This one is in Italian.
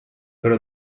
però